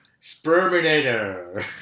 Sperminator